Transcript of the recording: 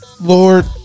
Lord